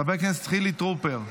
חבר הכנסת חילי טרופר,